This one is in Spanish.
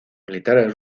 militares